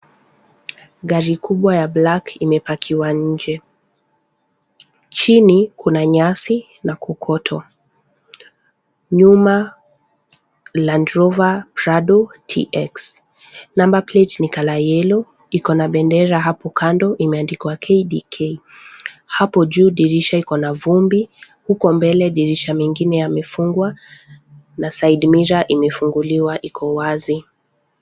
Gari kubwa ya black imepakiwa nje. Chini kuna nyasi na kokoto. Nyuma, Landrover Prado TX . Number Plate ni color yellow , iko na bendera hapo kando, imeandikwa KDK. Hapo juu dirisha iko na vumbi, huko mbele dirisha mengine yamefungwa na sidemirrow imefunguliwa iko wazi.